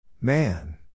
Man